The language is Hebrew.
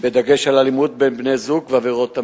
בדגש על אלימות בין בני-זוג ועבירות מין,